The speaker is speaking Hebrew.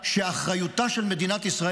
ואחריותה של מדינת ישראל,